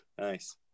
Nice